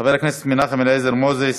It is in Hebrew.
חבר הכנסת מנחם אליעזר מוזס,